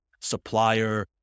supplier